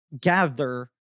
gather